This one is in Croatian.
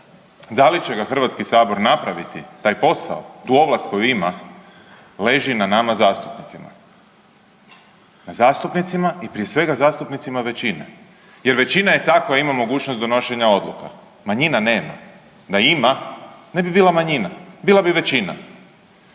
da li će ga Hrvatski sabor napraviti taj posao tu ovlast koju ima leži na nama zastupnicima, na zastupnicima i prije svega zastupnicima većine, jer većina je ta koja ima mogućnost donošenja odluka. Manjina nema. Da ima ne bi bila manjina. Bila bi većina.